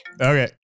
okay